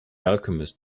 alchemist